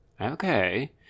Okay